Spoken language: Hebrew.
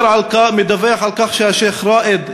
מדווח על כך שהשיח' ראאד,